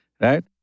Right